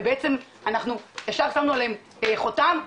ובעצם אנחנו ישר שמנו עליהם חותם,